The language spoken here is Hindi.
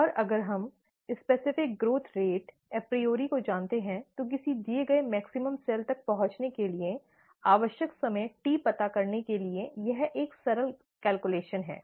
और अगर हम विशिष्ट विकास दर एप्रीओरी को जानते हैं तो किसी दिए गए मैक्स्इमॅम सेल तक पहुंचने के लिए आवश्यक समय t पता करने के लिए यह एक सरल गणना है ठीक है